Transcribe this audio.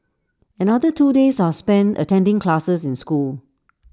another two days are spent attending classes in school